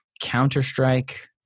Counter-Strike